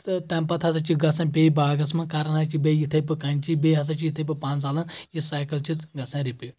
تہٕ تَمہِ پتہٕ ہسا چھِ گژھان بیٚیہِ باغس منٛز کران حظ چھِ بیٚیہِ یِتھٕے پٲٹھۍ کَنچی بیٚیہِ ہسا چھِ یِتھٕے پٲٹھۍ پن ژَلان یہِ سایکٕل چھِ گژھان رِپیٖٹ